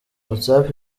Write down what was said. whatsapp